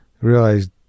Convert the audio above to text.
realized-